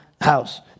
house